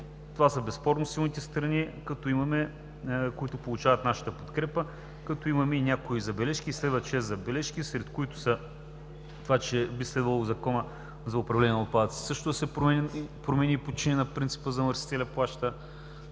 Това са безспорно силните страни, които получават нашата подкрепа, като имаме и някои забележки“. Следват шест забележки, сред които са: би следвало Законът за управление на отпадъците също да се промени и подчини на принципа „замърсителят плаща“;